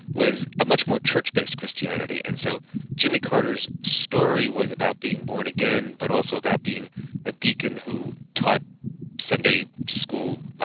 was a much more church-based christianity, and so jimmy carter's story was about being born again, but also about being a deacon who taught sunday school